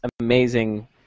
amazing